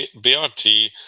BRT